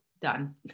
done